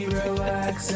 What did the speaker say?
relax